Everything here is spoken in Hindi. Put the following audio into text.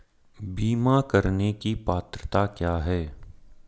बीमा करने की पात्रता क्या है?